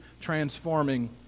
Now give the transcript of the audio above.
transforming